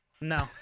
no